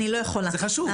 משפט, זה חשוב.